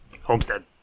Homestead